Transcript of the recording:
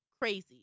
crazy